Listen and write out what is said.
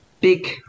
big